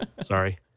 Sorry